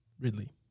Ridley